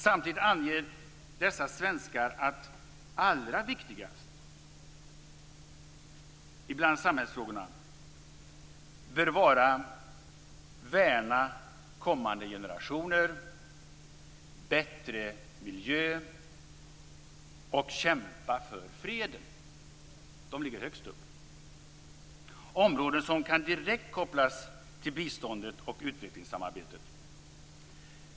Samtidigt anger dessa svenskar att de allra viktigaste samhällsinsatserna bör vara att värna kommande generationer, skapa bättre miljö och kämpa för freden. De ligger högst på listan. Det är områden som direkt kan kopplas till biståndet och utvecklingssamarbetet.